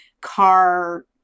car